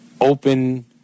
open